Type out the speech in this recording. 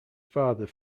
father